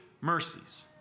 mercies